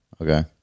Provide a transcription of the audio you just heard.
Okay